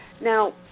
Now